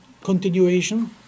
continuation